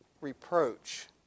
reproach